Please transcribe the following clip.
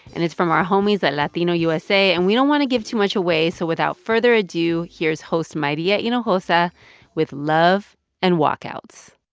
and it's from our homies at latino usa. and we don't want to give too much away, so without further ado, here's host maria you know hinojosa with love and walkouts.